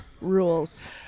rules